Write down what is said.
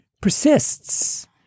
persists